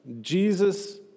Jesus